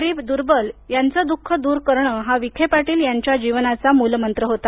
गरीब दर्बल यांचे दःख दूर करणे हा विखे पाटील यांच्या जीवनाचा मूलमंत्र होता